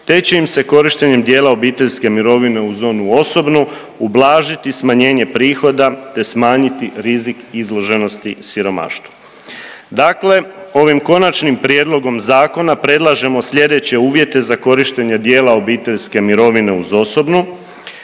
te će im se korištenjem dijela obiteljske mirovine uz onu osobnu ublažiti smanjenje prihoda te smanjiti rizik izloženosti siromaštvu. Dakle, ovim konačnim prijedlogom zakona predlažemo slijedeće uvjete za korištenje dijela obiteljske mirovine uz osobnu